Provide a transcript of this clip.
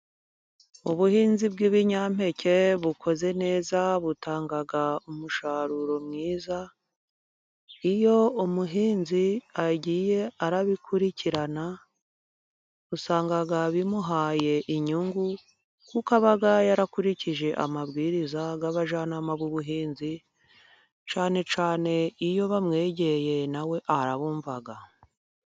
Ubuhinzi bw'ibinyampeke bukozwe neza butanga umusaruro mwiza. Iyo umuhinzi agiye abikurikirana, usanga bimuhaye inyungu kuko aba yarakurikije amabwiriza y abajyanama b'ubuhinzi, cyane cyane iyo bamwegereye nawe arabumva.